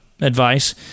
Advice